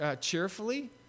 cheerfully